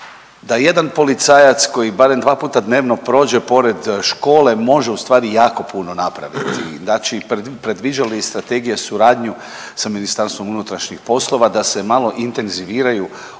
da jedan policajac koji barem dva puta dnevno prođe pored škole može u stvari jako puno napraviti. Znači predviđa li strategija suradnju sa MUP-om da se malo intenziviraju